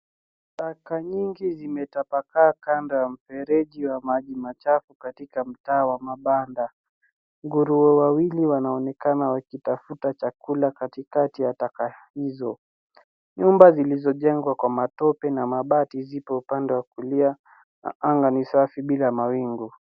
Taka nyingi zimetapakaa kando ya mfereji wa maji machafu katika mtaa wa mabanda. Nguru wawili wanaonekana wakitafuta chakula katikati ya taka hizo. Nyumba zilizo jengo kwa matope na mabati zipo upanda wakulia na anga nisafi bila mawingu.